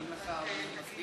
האם השר מסכים?